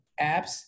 apps